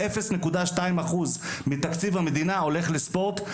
0.2 אחוז מתקציב המדינה הולך לספורט,